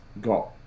got